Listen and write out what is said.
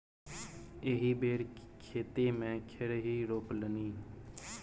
एहि बेर खेते मे खेरही रोपलनि